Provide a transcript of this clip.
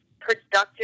productive